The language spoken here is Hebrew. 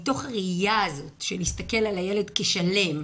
מתוך הראייה הזאת של להסתכל על הילד כשלם,